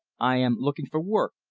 i am looking for work,